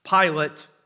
Pilate